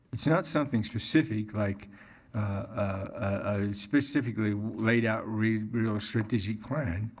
it's not something specific like a specifically laid out real real strategic plan.